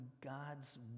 God's